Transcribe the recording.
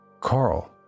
Carl